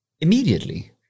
immediately